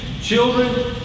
children